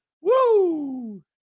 Woo